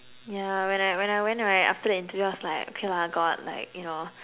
yeah when I when I went right after the interview I was like okay lah God like you know